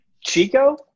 Chico